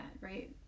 right